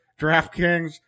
DraftKings